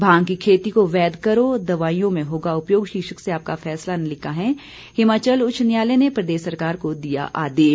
भांग की खेती को वैध करो दवाइयों में होगा उपयोग शीर्षक से आपका फैसला ने लिखा है हिमाचल उच्च न्यायालय ने प्रदेश सरकार को दिया आदेश